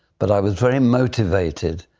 but i was very motivated.